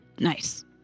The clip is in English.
Nice